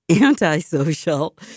antisocial